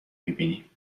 میبینی